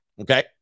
okay